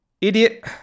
Idiot